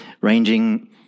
ranging